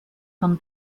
von